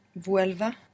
vuelva